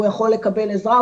והוא יכול לקבל עזרה,